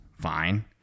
fine